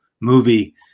movie